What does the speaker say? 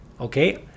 okay